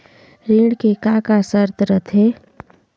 ऋण के का का शर्त रथे?